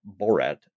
Borat